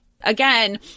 again